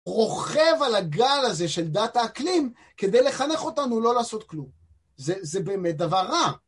רוכב על הגל הזה של דת האקלים, כדי לחנך אותנו לא לעשות כלום. זה באמת דבר רע.